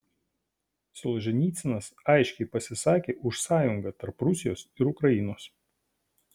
solženicynas aiškiai pasisakė už sąjungą tarp rusijos ir ukrainos